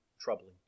troubling